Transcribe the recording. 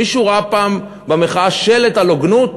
מישהו ראה פעם במחאה שלט על הוגנות?